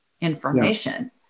Information